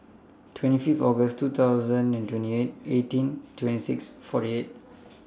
twenty Fifth August two thousand and twenty eight eighteen twenty six forty eight